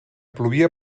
plovia